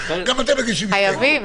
הסתייגות, גם אתם מגישים הסתייגות.